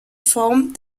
form